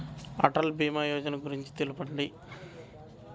అటల్ భీమా యోజన గురించి తెలుపండి?